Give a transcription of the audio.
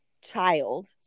child